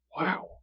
Wow